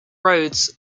roads